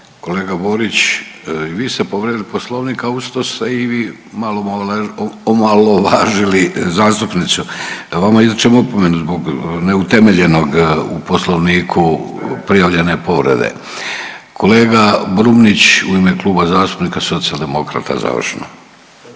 Kolega Borić vi ste povrijedili poslovnik, a uz to ste i vi omalovažavali zastupnicu, vama izričem opomenu zbog neutemeljenog u poslovniku prijavljene povrede. Kolega Brumnić u ime Kluba zastupnika Socijaldemokrata završno.